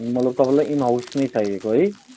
मतलब तपाईँलाई in house नै चाहिएको है